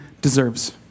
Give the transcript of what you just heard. deserves